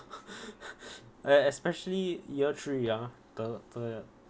e~ especially year three ah the the